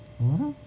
hmm